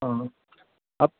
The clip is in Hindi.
हाँ आप